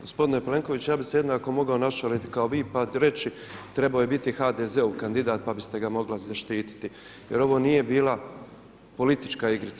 Gospodine Plenković, ja bih se jednako mogao našaliti kao vi pa reći trebao je biti HDZ-ov kandidat pa biste ga mogli zaštititi, jer ovo nije bila politička igrica.